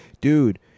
Dude